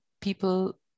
people